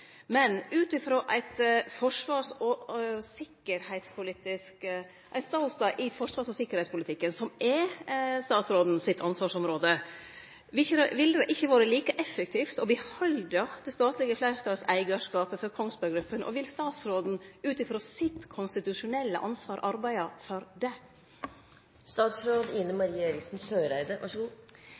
i forsvars- og sikkerheitspolitikken, som er statsråden sitt ansvarsområde: Ville det ikkje ha vore like effektivt å behalde det statlege fleirtalseigarskapet for Kongsberg Gruppen, og vil statsråden – ut frå sitt konstitusjonelle ansvar – arbeide for det?